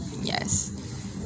Yes